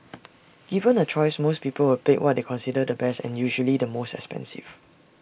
given A choice most people would pick what they consider the best and usually the most expensive